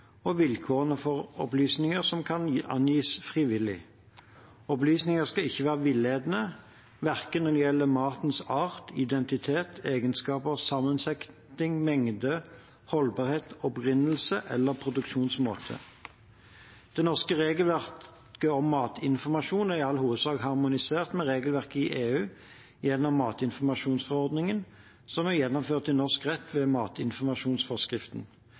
og vilkårene for opplysninger som kan angis frivillig. Opplysninger skal ikke være villedende, verken når det gjelder matens art, identitet, egenskaper, sammensetning, mengde, holdbarhet, opprinnelse eller produksjonsmåte. Det norske regelverket om matinformasjon er i all hovedsak harmonisert med regelverket i EU gjennom matinformasjonsforordningen, som er gjennomført i norsk rett ved matinformasjonsforskriften.